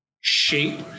shape